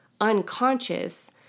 unconscious